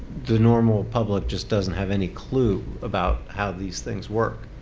the normal public just doesn't have any clue about how these things work.